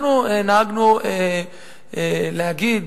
אנחנו נהגנו להגיד,